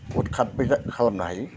उड काट गोजा खालामनो हायो